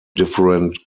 different